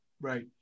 right